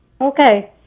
Okay